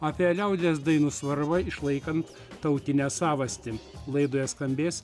apie liaudies dainų svarbą išlaikant tautinę savastį laidoje skambės